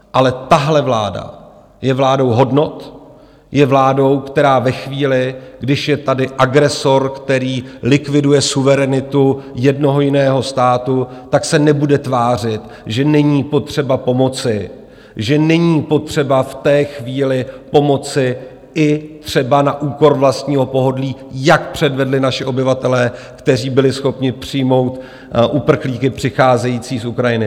Ale tahle vláda je vládou hodnot, je vládou, která se ve chvíli, když je tady agresor, který likviduje suverenitu jednoho jiného státu, nebude tvářit, že není potřeba pomoci, že není potřeba v té chvíli pomoci i třeba na úkor vlastního pohodlí, jak předvedli naši obyvatelé, kteří byli schopni přijmout uprchlíky přicházející z Ukrajiny.